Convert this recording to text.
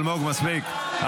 אלמוג, אלמוג, מספיק.